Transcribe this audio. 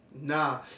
Nah